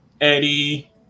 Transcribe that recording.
Eddie